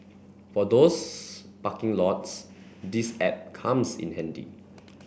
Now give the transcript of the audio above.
for those parking lots this app comes in handy